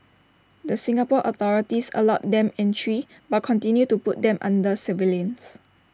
the Singapore authorities allowed them entry but continued to put them under surveillance